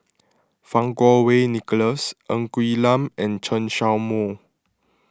Fang Kuo Wei Nicholas Ng Quee Lam and Chen Show Mao